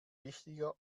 wichtiger